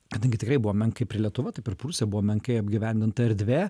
kadangi tikrai buvo men kaip ir lietuva taip ir prūsija buvo menkai apgyvendinta erdvė